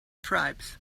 tribes